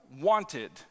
wanted